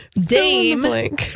Dame